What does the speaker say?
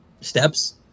steps